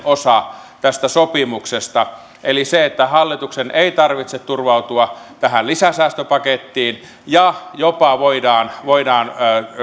osa tästä sopimuksesta eli se että hallituksen ei tarvitse turvautua tähän lisäsäästöpakettiin ja jopa voidaan voidaan